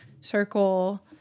circle